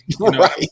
right